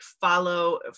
follow